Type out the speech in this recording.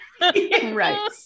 Right